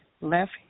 left